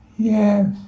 Yes